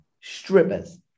strippers